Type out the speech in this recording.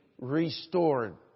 restored